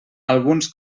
alguns